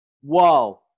Whoa